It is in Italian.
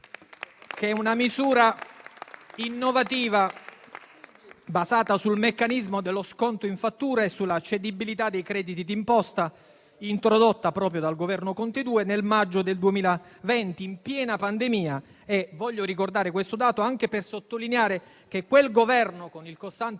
di una misura innovativa basata sul meccanismo dello sconto in fattura e sulla cedibilità dei crediti d'imposta, introdotta proprio dal Governo Conte II nel maggio 2020, in piena pandemia. Voglio ricordare questo dato anche per sottolineare che quel Governo, con il costante